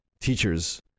Teachers